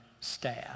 staff